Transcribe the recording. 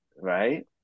Right